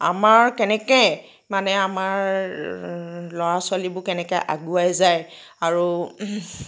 আমাৰ কেনেকৈ মানে আমাৰ ল'ৰা ছোৱালীবোৰ কেনেকৈ আগুৱাই যায় আৰু